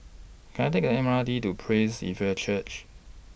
Can I Take M R T to Praise Evangelical Church